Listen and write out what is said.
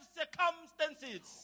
circumstances